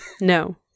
No